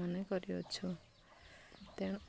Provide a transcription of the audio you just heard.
ମନେ କରିଅଛୁ ତେଣୁ